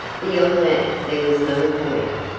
beyond that there was no comment.